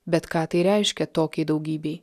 bet ką tai reiškia tokiai daugybei